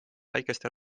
väikeste